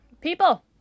People